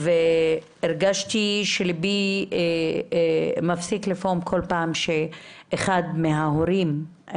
הרגשתי שליבי מפסיק לפעום בכל פעם שאחד מההורים,